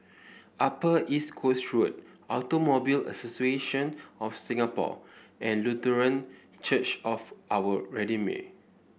Upper East Coast Road Automobile Association of Singapore and Lutheran Church of Our Redeemer